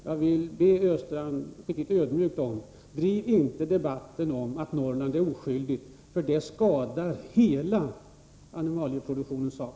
Jag vill mycket ödmjukt be Östrand att inte driva påståendet att Norrland är oskyldigt, för det skadar hela animalieproduktionens sak.